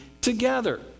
together